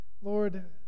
Lord